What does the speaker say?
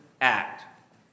act